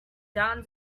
down